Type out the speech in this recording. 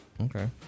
Okay